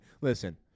Listen